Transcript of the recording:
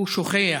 הוא שוכח